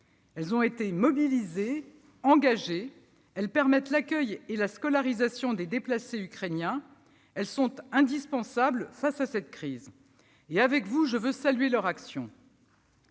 Elles ont été mobilisées, engagées. Elles permettent l'accueil et la scolarisation des déplacés ukrainiens. Elles sont indispensables face à cette crise, et avec vous, je veux saluer leur action.